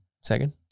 Second